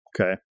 Okay